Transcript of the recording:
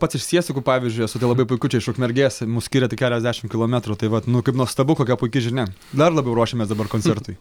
pats iš siesikų pavyzdžiui esu tai labai puiku čia iš ukmergės mus skiria tik keliasdešim kilometrų tai vat nu kaip nuostabu kokia puiki žinia dar labiau ruošimės dabar koncertui